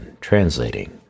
Translating